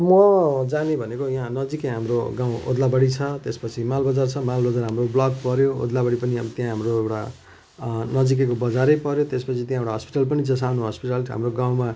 म जाने भनेको यहाँ नजिकै हाम्रो गाउँ ओद्लाबाडी छ त्यसपछि मालबजार छ मालबजार हाम्रो ब्लक पऱ्यो ओद्लाबाडी पनि त्यहाँ हाम्रो एउटा नजिकैको बजारै पऱ्यो त्यसपछि त्यहाँ एउटा हस्पिटल पनि छ सानो हस्पिटल हाम्रो गाउँमा